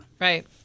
Right